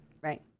Right